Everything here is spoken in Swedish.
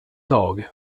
dag